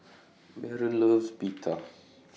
Baron loves Pita